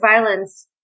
violence